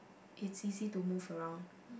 it's easy to move around